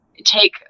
take